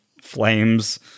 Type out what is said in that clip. flames